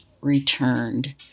returned